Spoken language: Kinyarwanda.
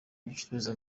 gicuruza